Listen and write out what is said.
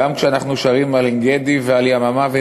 גם כשאנחנו שרים על עין-גדי ועל ים המוות,